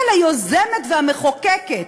אבל היוזמת והמחוקקת,